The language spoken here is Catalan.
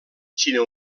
xina